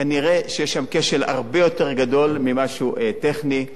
כנראה יש שם כשל הרבה יותר גדול ממשהו טכני,